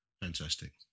Fantastic